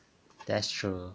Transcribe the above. that's true